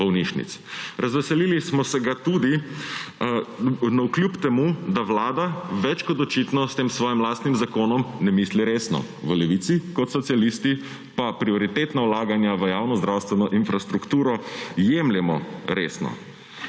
bolnišnic. Razveselili smo se ga navkljub temu, da vlada več kot očitno s tem svojim lastnim zakonom ne misli resno. V Levici kot socialisti pa prioritetna vlaganja v javno zdravstveno infrastrukturo jemljemo resno.